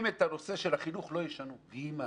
עם מה שאתה רוצה את הנושא של החינוך הם לא ישנו ויהי מה.